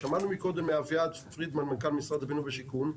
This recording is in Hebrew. שמענו קודם מאביעד פרידמן מנכ"ל משרד הבינוי והשיכון,